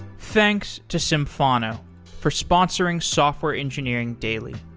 thanks to symphono for sponsoring software engineering daily.